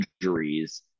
injuries